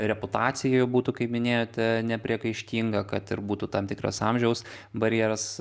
reputacijai jo būtų kaip minėjote nepriekaištinga kad ir būtų tam tikras amžiaus barjeras